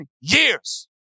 years